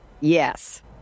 Yes